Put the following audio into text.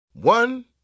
One